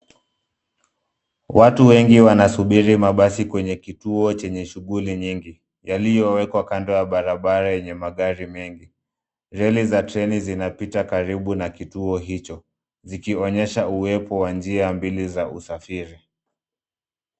Watu wengi wanasubiri mabasi kwenye kituo chenye shughuli nyingi; yaliyowekwa kando ya barabara yenye magari mengi. Reli za treni zinapita karibu na kituo hicho, zikionyesha uwepo wa njia mbili za usafiri.